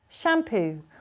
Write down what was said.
Shampoo